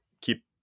keep